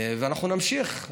ואנחנו נמשיך.